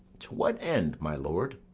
to what end, my lord?